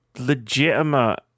legitimate